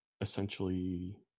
essentially